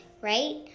right